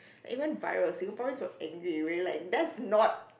it went viral Singaporeans were angry we were like that's not